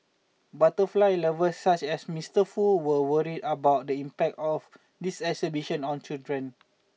butterfly lovers such as Mister Foo were worried about the impact of this exhibition on children